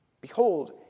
Behold